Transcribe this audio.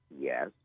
Yes